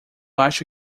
acho